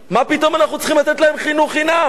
מה פתאום אנחנו צריכים לתת להם חינוך חינם?